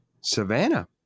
Savannah